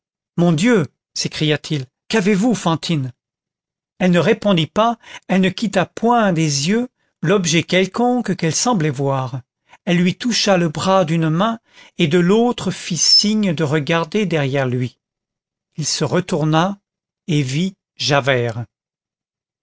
mon dieu s'écria-t-il qu'avez-vous fantine elle ne répondit pas elle ne quitta point des yeux l'objet quelconque qu'elle semblait voir elle lui toucha le bras d'une main et de l'autre lui fit signe de regarder derrière lui il se retourna et vit